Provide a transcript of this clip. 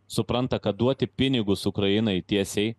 supranta kad duoti pinigus ukrainai tiesiai